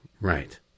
right